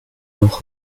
noch